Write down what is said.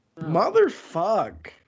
Motherfuck